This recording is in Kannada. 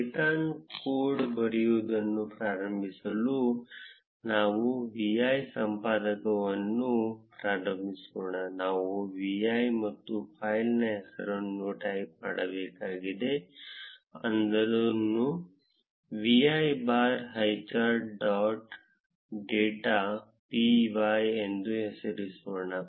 ಪೈಥಾನ್ನಲ್ಲಿ ಕೋಡ್ ಬರೆಯುವುದನ್ನು ಪ್ರಾರಂಭಿಸಲು ನಾವು vi ಸಂಪಾದಕವನ್ನು ಪ್ರಾರಂಭಿಸೋಣ ನಾವು vi ಮತ್ತು ಫೈಲ್ನ ಹೆಸರನ್ನು ಟೈಪ್ ಮಾಡಬೇಕಾಗಿದೆ ಅದನ್ನು vi bar Highcharts dot p y ಎಂದು ಹೆಸರಿಸೋಣ